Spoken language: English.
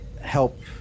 help